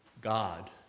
God